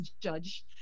judge